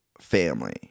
family